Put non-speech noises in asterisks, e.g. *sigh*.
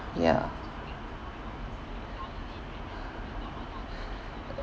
ya *breath*